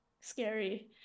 scary